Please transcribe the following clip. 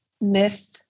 myth